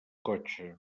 cotxe